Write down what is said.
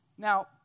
Now